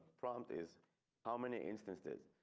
prompt is how many instances.